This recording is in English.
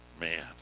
man